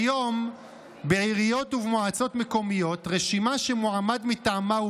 כיום בעיריות ובמועצות מקומיות רשימה שמועמד מטעמה הוא